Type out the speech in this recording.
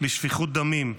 לשפיכות דמים.